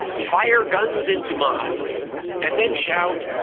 fire guns into mosques and then shout,